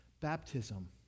baptism